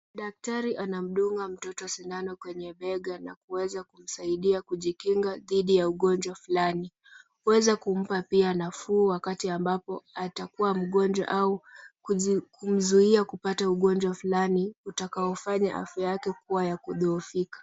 Daktari anamdunga mtoto sindano kwenye bega na kuweza kumsaidia kujikinga dhidi ya ugonjwa fulani. Huweza kumpa pia nafuu wakati ambapo atakuwa mgonjwa au kumzuia kupata ugonjwa fulani utakaofanya afya yake kuwa ya kudhoofika.